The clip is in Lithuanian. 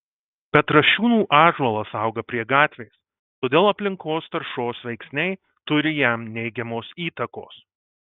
petrašiūnų ąžuolas auga prie gatvės todėl aplinkos taršos veiksniai turi jam neigiamos įtakos